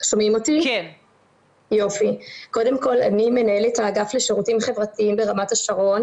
קודם כל אני מנהלת האגף לשירותים חברתיים ברמת השרון